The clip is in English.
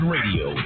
Radio